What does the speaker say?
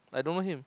I don't know him